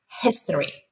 history